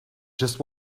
just